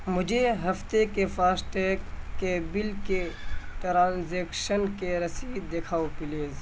مجھے ہفتے کے فاسٹیگ کے بل کے ٹرانزیکشن کے رسید دکھاؤ پلیز